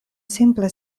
simple